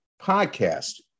podcast